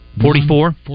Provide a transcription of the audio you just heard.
Forty-four